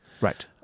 right